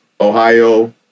Ohio